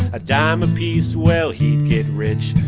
a dime apiece well, he'd get rich.